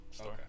Okay